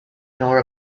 nor